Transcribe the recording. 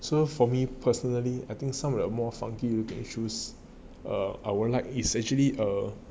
so for me personally I think some of the more funky looking shoes err I would like like it's actually a